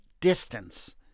distance